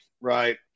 Right